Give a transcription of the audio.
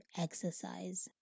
exercise